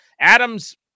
Adams